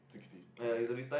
sixty ah okay